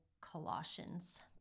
colossians